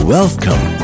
Welcome